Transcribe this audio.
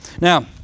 Now